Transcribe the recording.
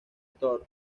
thor